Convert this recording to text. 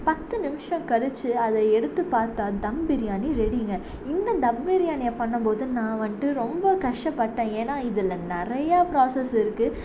பத்து நிமிஷம் கழித்து அதை எடுத்து பார்த்தா தம் பிரியாணி ரெடிங்க இந்த தம் பிரியாணியை பண்ணும் போது நான் வந்துட்டு ரொம்ப கஷ்டப்பட்டேன் ஏன்னால் இதில் நிறையா ப்ராசஸ் இருக்குது